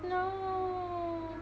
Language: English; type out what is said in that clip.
no